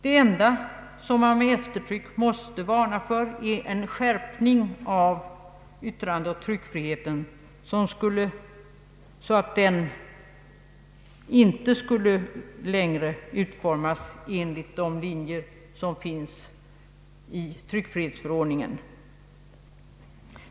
Det enda jag med eftertryck måste varna för är en skärpning av yttrandeoch tryckfriheten så att den inte längre skulle utformas enligt de riktlinjer som finns i tryckfrihetsförordningen.